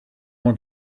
want